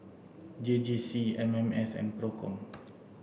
J J C M M S and PROCOM